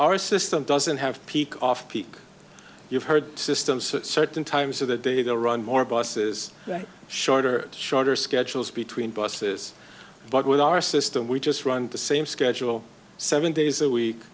our system doesn't have peak off peak you've heard systems at certain times of the day they'll run more buses shorter shorter schedules between buses but with our system we just run the same schedule seven days a